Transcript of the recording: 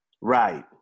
Right